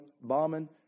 bombing